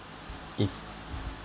is